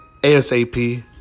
ASAP